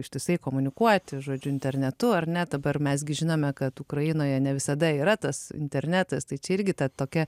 ištisai komunikuoti žodžiu internetu ar ne dabar mes gi žinome kad ukrainoje ne visada yra tas internetas tai čia irgi ta tokia